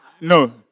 No